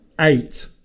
eight